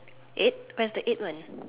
eight where's the eight one